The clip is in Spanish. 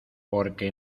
porque